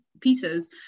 pieces